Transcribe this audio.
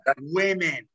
women